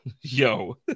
Yo